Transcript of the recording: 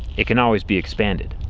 it can always be expanded.